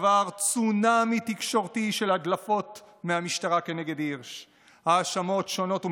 כבר צונאמי תקשורתי של הדלפות מהמשטרה כנגד הירש בהאשמות שונות ומשונות.